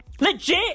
Legit